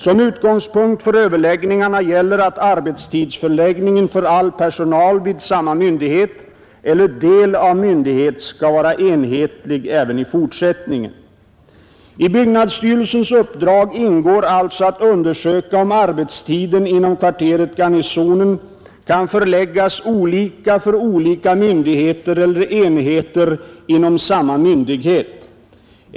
Som utgångspunkt för överläggningarna gäller att arbetstidsförläggningen för all personal vid samma myndighet eller del av myndighet skall vara enhetlig även i fortsättningen. I byggnadsstyrelsens uppdrag ingår alltså att undersöka om arbetstiden inom kvarteret Garnisonen kan förläggas olika för olika myndigheter eller enheter inom samma myndighet.